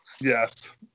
Yes